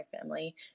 family